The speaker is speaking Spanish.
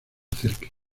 acerque